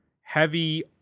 heavy